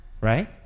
right